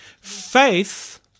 Faith